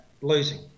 losing